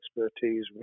expertise